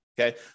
Okay